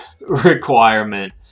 requirement